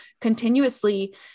continuously